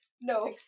no